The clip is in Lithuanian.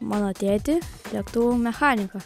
mano tėtį lėktuvų mechaniką